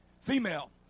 female